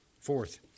Fourth